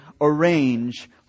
arrange